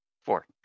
Four